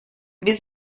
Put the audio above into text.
без